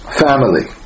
family